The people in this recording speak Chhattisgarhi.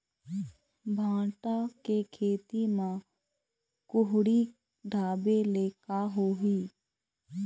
भांटा के खेती म कुहड़ी ढाबे ले का होही?